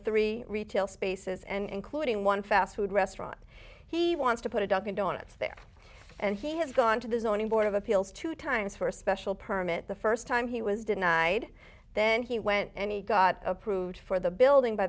three retail spaces and including one fast food restaurant he wants to put a dunkin donuts there and he has gone to the zoning board of appeals two times for a special permit the first time he was denied then he went any got approved for the building by